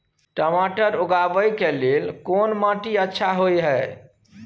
टमाटर उगाबै के लेल कोन माटी अच्छा होय है?